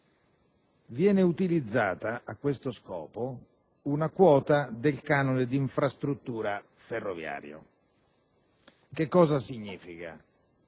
viene utilizzata a questo scopo una quota del canone dell'infrastruttura ferroviaria. Che cosa significa?